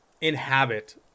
inhabit